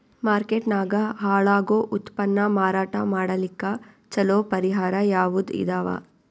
Market ನಾಗ ಹಾಳಾಗೋ ಉತ್ಪನ್ನ ಮಾರಾಟ ಮಾಡಲಿಕ್ಕ ಚಲೋ ಪರಿಹಾರ ಯಾವುದ್ ಇದಾವ?